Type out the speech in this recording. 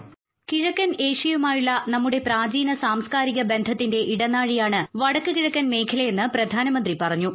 voice കിഴക്കൻ ഏഷ്യയുമായുള്ള നമ്മൂള്ട് പ്പാചീന സാംസ്കാരിക ബന്ധത്തിന്റെ ഇടനാഴിയാണ് പ്പട്ടിക്ക് കിഴക്കൻ മേഖലയെന്ന് പ്രധാനമന്ത്രി പറഞ്ഞു